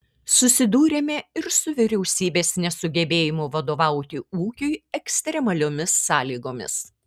susidūrėme ir su vyriausybės nesugebėjimu vadovauti ūkiui ekstremaliomis sąlygomis